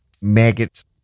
maggots